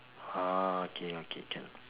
ah okay okay can